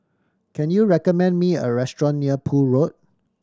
can you recommend me a restaurant near Poole Road